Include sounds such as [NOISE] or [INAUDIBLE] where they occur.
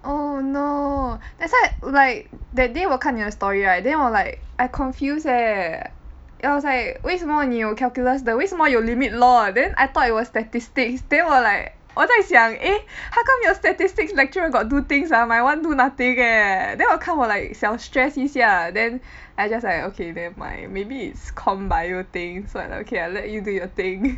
oh no that's why like that day 我看你的 story right then 我 like I confuse leh I was like 为什么你有 calculus 的为什么有 limit law then I thought it was statistics then 我 like 我在想 eh how come your statistics lecturer got do things ah my one do nothing eh then 我看我 like 小 stress 一下 then I just like okay nevermind maybe it's comp bio things so I like okay I let you do your thing [NOISE]